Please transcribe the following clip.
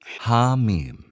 Hamim